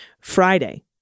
Friday